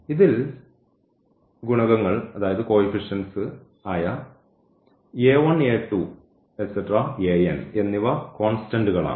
ഇതിൽ ഗുണകങ്ങൾ ആയ എന്നിവ കോൺസ്റ്റന്റ്കളാണ്